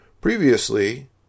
previously